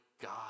God